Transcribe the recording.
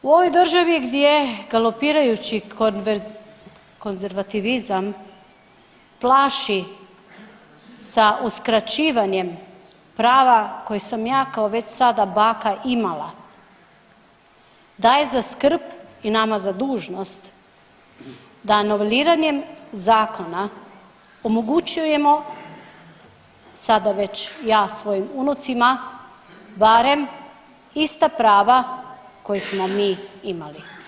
U ovoj državi gdje je galopirajući konzervativizam plaši sa uskraćivanjem prava koja sam ja kao već sada baka imala, daje za skrb i nama dužnost da noveliranjem zakona omogućujemo sada već ja svojim unucima barem ista prava koja smo mi imali.